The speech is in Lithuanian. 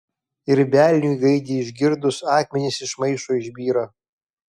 ir velniui gaidį išgirdus akmenys iš maišo išbyra